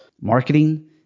marketing